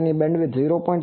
તેની બેન્ડવિડ્થ 0